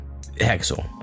Hexel